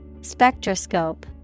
Spectroscope